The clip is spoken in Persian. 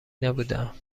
نبودهام